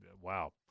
wow